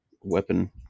weapon